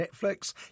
Netflix